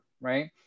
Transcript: right